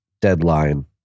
deadline